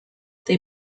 they